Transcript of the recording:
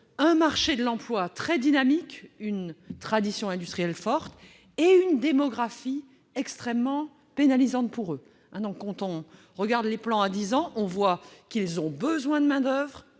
un marché de l'emploi très dynamique, une tradition industrielle forte et une démographie extrêmement pénalisante. Quand on examine leurs plans à dix ans, on s'aperçoit qu'ils ont de gros besoins de main-d'oeuvre,